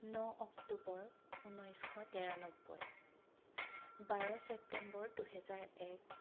ন অক্টোবৰ ঊনৈছশ তিৰান্নব্বৈ বাৰ চেপ্তেম্বৰ দুহেজাৰ এক